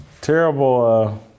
Terrible